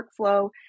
workflow